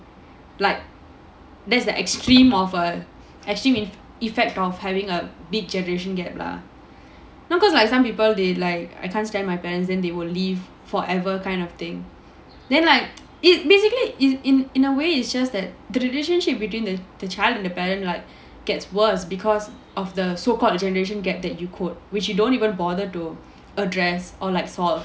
like that's the extreme of err extreme mean effect of having a big generation gap lah no because like some people they like I can't stand my parents and they will leave forever kind of thing then like it basically is in in a way it's just that the relationship between the the child and the parents like gets worse because of the so called the generation gap that you quote which you don't even bother to address or like solve